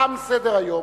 תם סדר-היום.